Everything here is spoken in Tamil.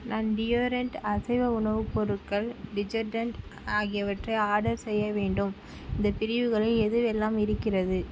நான் டியோட்ரண்ட் அசைவ உணவுப் பொருட்கள் டிடர்ஜெண்ட் ஆகியவற்றை ஆர்டர் செய்ய வேண்டும் இந்தப் பிரிவுகளில் எதுவெல்லாம் இருக்கிறது